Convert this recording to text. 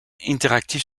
interactive